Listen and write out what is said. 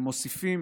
שמוסיפים